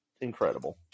incredible